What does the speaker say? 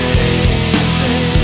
easy